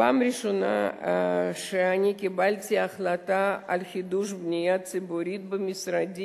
בפעם הראשונה קיבלתי החלטה על חידוש בנייה ציבורית במשרדי,